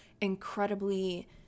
incredibly